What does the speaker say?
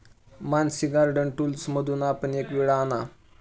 Mansi garden टूल्समधून आपण एक विळा आणा